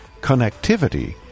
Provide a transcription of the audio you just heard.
connectivity